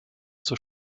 zur